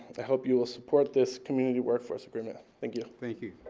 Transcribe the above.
i hope you will support this community workforce agreement. thank you. thank you.